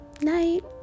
Night